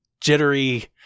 jittery